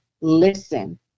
listen